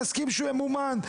נסכים שהוא ימומן.